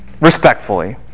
respectfully